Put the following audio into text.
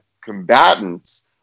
combatants